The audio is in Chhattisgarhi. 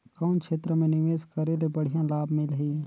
कौन क्षेत्र मे निवेश करे ले बढ़िया लाभ मिलही?